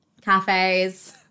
cafes